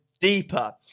deeper